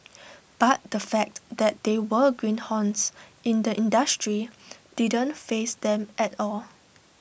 but the fact that they were greenhorns in the industry didn't faze them at all